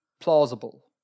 plausible